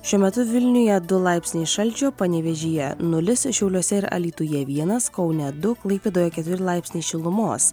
šiuo metu vilniuje du laipsniai šalčio panevėžyje nulis šiauliuose ir alytuje vienas kaune du klaipėdoje keturi laipsniai šilumos